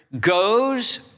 goes